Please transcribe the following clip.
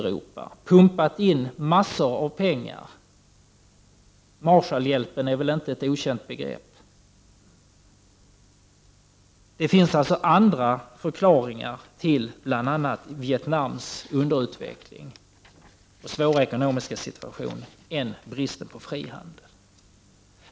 13 december 1989 Marshallhjälpen är säkert inte ett okänt begrepp. Det finns alltså andra för: Utikeshandel klaringar till Vietnams underutveckling och svåra ekonomiska situation än bristen på frihandel.